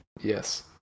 Yes